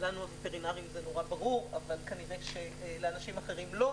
לנו הווטרינרים זה ברור אבל כנראה לאחרים לא,